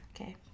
Okay